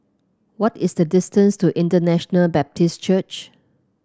what is the distance to International Baptist Church